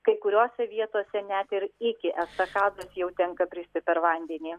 kai kuriose vietose net ir iki estakados jau tenka bristi per vandenį